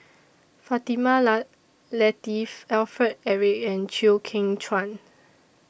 Fatimah La Lateef Alfred Eric and Chew Kheng Chuan